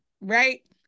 right